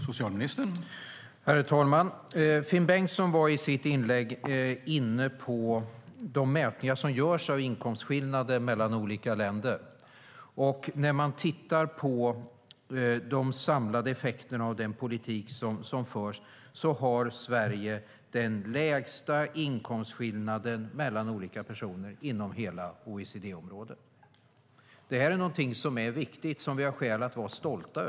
Herr talman! Finn Bengtsson tog upp de mätningar som görs av inkomstskillnader mellan olika länder i sitt inlägg. De samlade effekterna av den förda politiken innebär att Sverige har den lägsta inkomstskillnaden mellan olika personer inom hela OECD-området. Det här är viktigt, och vi har skäl att vara stolta.